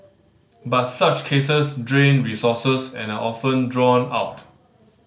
but such cases drain resources and are often drawn out